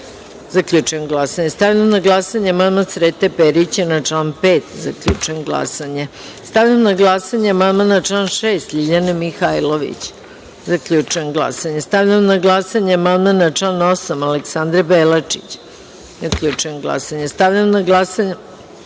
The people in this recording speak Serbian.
5.Zaključujem glasanje. Stavljam na glasanje amandman na član 6. Ljiljane Mihajlović. Zaključujem glasanje. Stavljam na glasanje amandman na član 8. Aleksandre Belačić. Zaključujem glasanje. Stavljam na glasanje